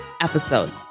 episode